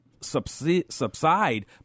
subside